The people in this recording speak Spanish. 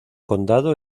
condado